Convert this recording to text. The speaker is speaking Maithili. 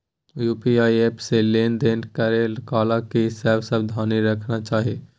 यु.पी.आई एप से लेन देन करै काल की सब सावधानी राखना चाही?